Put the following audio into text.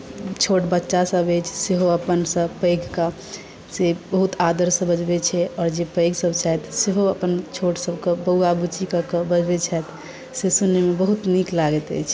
छोट बच्चासभ अछि सेहो अपनासँ पैघकेँ से बहुत आदरसँ बजबैत छै आओर जे पैघसभ छथि सेहो अपन छोटसभकेँ बौवा बुच्ची कऽ कऽ बजबैत छथि से सुनयमे बहुत नीक लागैत अछि